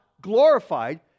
glorified